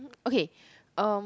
okay um